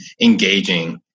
engaging